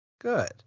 Good